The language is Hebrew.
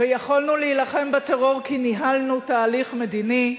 ויכולנו להילחם בטרור כי ניהלנו תהליך מדיני.